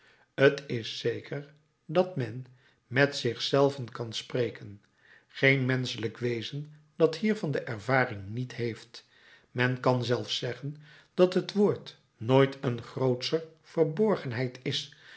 t is zeker dat men met zich zelven kan spreken geen menschelijk wezen dat hiervan de ervaring niet heeft men kan zelfs zeggen dat het woord nooit een grootscher verborgenheid is